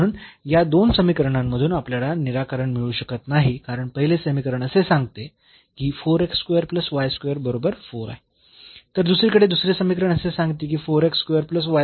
म्हणून या दोन समीकरणांमधून आपल्याला निराकरण मिळू शकत नाही कारण पहिले समीकरण असे सांगते की बरोबर 4 आहे तर दुसरीकडे दुसरे समीकरण असे सांगते की बरोबर ¼ असेल